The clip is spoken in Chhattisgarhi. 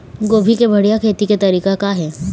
गोभी के बढ़िया खेती के तरीका का हे?